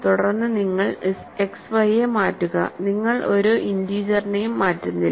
തുടർന്ന് നിങ്ങൾ X Y യെ മാറ്റുക നിങ്ങൾ ഒരു ഇന്റീജറിനെയും മാറ്റുന്നില്ല